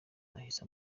ahise